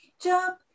jump